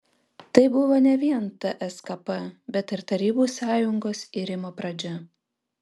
tai buvo ne vien tskp bet ir tarybų sąjungos irimo pradžia